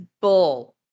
bull